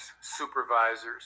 supervisors